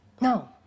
No